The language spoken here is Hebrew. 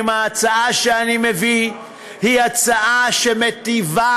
אם ההצעה שאני מביא היא הצעה שמיטיבה,